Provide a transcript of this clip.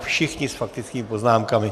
Všichni s faktickými poznámkami.